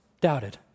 doubted